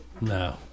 No